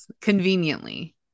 conveniently